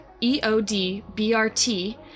E-O-D-B-R-T